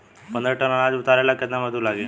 पन्द्रह टन अनाज उतारे ला केतना मजदूर लागी?